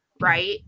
right